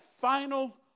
final